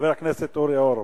חבר הכנסת אורי אורבך,